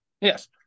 Yes